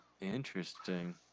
Interesting